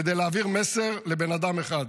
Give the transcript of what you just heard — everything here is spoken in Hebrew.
כדי להעביר מסר לבן-אדם אחד: